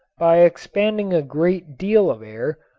by expanding a great deal of air,